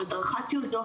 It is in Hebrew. הדרכת יולדות,